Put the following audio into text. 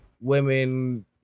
Women